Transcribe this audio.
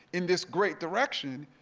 in this great direction.